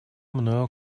мною